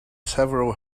several